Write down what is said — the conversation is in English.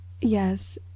yes